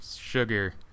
sugar